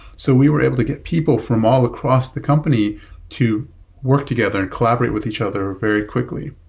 so we were able to get people from all across the company to work together and collaborate with each other very quickly.